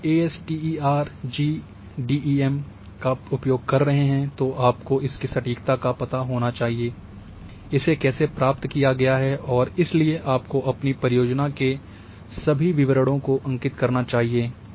यदि आप ASTER GDEM का उपयोग कर रहे हैं तो आपको इसकी सटीकता का पता होना चाहिए इसे कैसे प्राप्त किया गया है और इसलिए आपको अपनी परियोजना के सभी विवरणों को अंकित करना चाहिए